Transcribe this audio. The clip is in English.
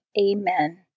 Amen